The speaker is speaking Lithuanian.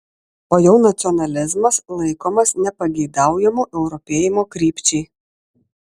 o jau nacionalizmas laikomas nepageidaujamu europėjimo krypčiai